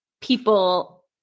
people